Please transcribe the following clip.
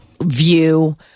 view